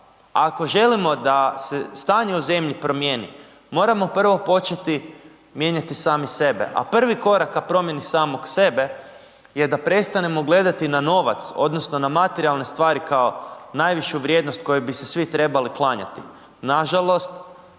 Ako želimo da se stanje u zemlji promijeniti moramo prvo početi mijenjati sami sebe a prvi korak ka promjeni samog sebe je da prestanemo gledati na novac odnosno na materijalne stvari kao najvišu vrijednost kojoj bi se svi trebali klanjati. Nažalost,